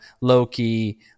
Loki